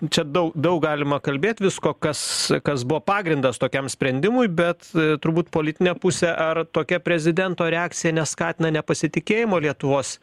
čia dau daug galima kalbėt visko kas kas buvo pagrindas tokiam sprendimui bet turbūt politinę pusę ar tokia prezidento reakcija neskatina nepasitikėjimo lietuvos